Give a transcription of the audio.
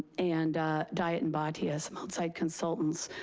and diet and botius, outside consultants,